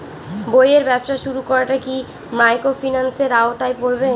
বইয়ের ব্যবসা শুরু করাটা কি মাইক্রোফিন্যান্সের আওতায় পড়বে?